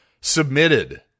submitted